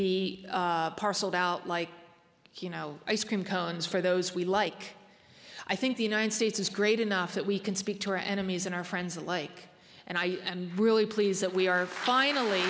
parcelled out like you know ice cream cones for those we like i think the united states is great enough that we can speak to our enemies and our friends alike and i am really pleased that we are finally